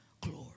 glory